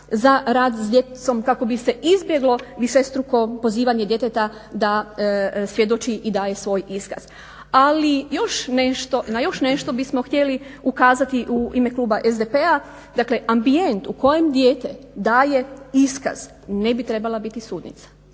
za rad s djecom kako bi se izbjeglo višestruko pozivanje djeteta da svjedoči i daje svoj iskaz. Ali, na još nešto bismo htjeli ukazati u ime kluba SDP-a. Dakle, ambijent u kojem dijete daje iskaz ne bi trebala biti sudnica.